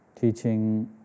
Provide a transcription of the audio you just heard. Teaching